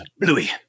Louis